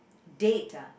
date ah